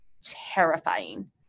terrifying